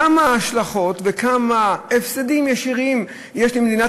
כמה השלכות וכמה הפסדים ישירים יש למדינת